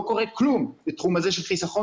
לא קורה כלום בתחום הזה של חיסכון